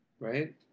right